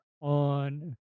on